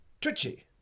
twitchy